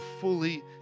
fully